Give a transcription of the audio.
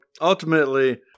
ultimately